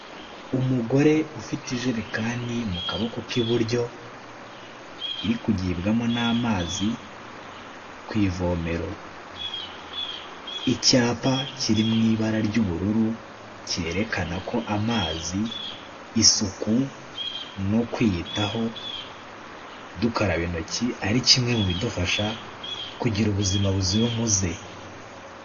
Umugore ufite ijerekani mu kaboko k'iburyo iri kugibwamo n'amazi ku ivomero, icyapa kiri mu ibara ry'ubururu cyerekana ko amazi, isuku no kwiyitaho dukaraba intoki ari kimwe mu bidufasha kugira ubuzima buzira umuze.